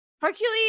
Hercules